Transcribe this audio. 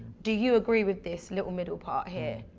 do you agree with this little middle part here?